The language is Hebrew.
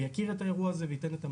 יכיר את האירוע הזה וייתן את המענה.